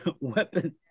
weapons